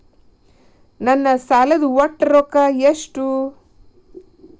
ನನ್ನ ಸಾಲದ ಒಟ್ಟ ರೊಕ್ಕ ಎಷ್ಟು?